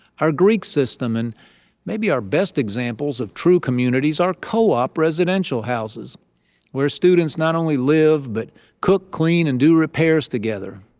our greek system. and maybe our best examples of true communities are co-op residential houses where students not only live, but cook, clean, and do repairs together,